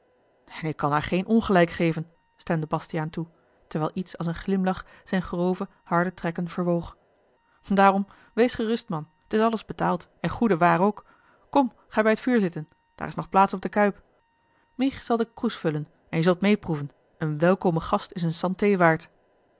en ik kan haar geen ongelijk geven stemde bastiaan toe terwijl iets als een glimlach zijne grove harde trekken verwoog daarom wees gerust man t is alles betaald en goede waar ook kom ga bij t vuur zitten daar is nog plaats op de kuip mich zal den kroes vullen en je zult meê proeven een welkome gast is een santee waard